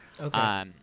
Okay